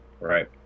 Right